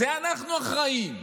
על זה אנחנו אחראים.